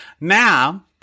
Now